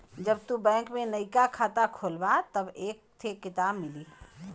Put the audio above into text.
जब तू बैंक में नइका खाता खोलबा तब एक थे किताब मिली